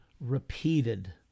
repeated